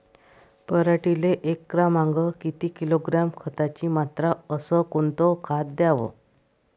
पराटीले एकरामागं किती किलोग्रॅम खताची मात्रा अस कोतं खात द्याव?